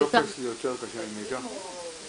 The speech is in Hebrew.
הטופס יותר קשה ממידע?